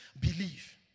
believe